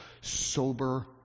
sober